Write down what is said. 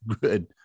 good